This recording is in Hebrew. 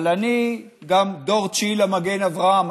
אבל אני גם דור תשיעי למגן אברהם.